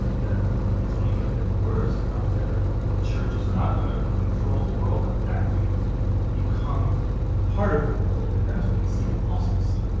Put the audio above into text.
that it's only gonna get worse, not better. the church is not gonna control the world but actually become part of the world. and that's what we see, apostasy,